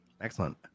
Excellent